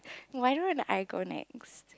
why don't I go next